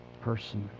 person